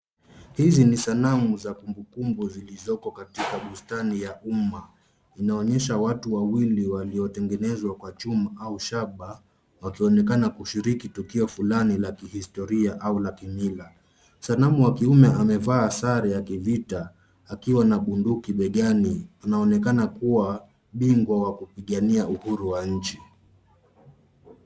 Hizi ni sanamu za kumbukumbu zilizoko katika bustani ya umma. Inaonyesha watu wawili waliotengenezwa kwa chuma au shaba wakionekana kushiriki tukio fulani la kihistoria au la kimila. Sanamu wa kiume amevaa sare ya kivita akiwa na bunduki begani, anaonekana kuwa bingwa wa kupigania uhuru wa nchi.